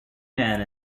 man